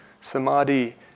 Samadhi